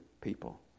people